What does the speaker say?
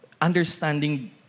understanding